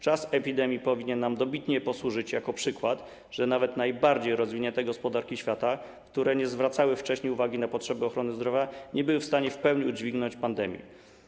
Czas epidemii powinien nam dobitnie posłużyć jako przykład, że nawet najbardziej rozwinięte gospodarki świata, które nie zwracały wcześniej uwagi na potrzeby ochrony zdrowia, nie były w stanie w pełni udźwignąć pandemii.